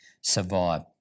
survive